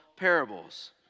Parables